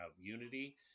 Unity